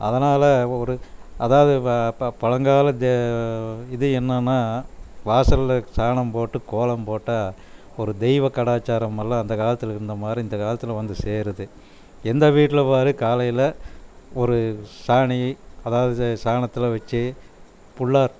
அதனால் ஒரு அதாவது அப்போ ப பழங்கால இது இது என்னான்னால் வாசலில் சாணம் போட்டு கோலம் போட்டால் ஒரு தெய்வ கலாச்சாரமெல்லாம் அந்த காலத்தில் இருந்தமாதிரி இந்த காலத்தில் வந்து சேருது எந்த வீட்டில் பார் காலையில் ஒரு சாணி அதாவது சாணத்தில் வச்சு புள்ளார்